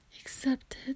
accepted